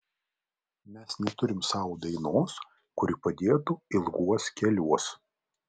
mes neturim savo dainos kuri padėtų ilguos keliuos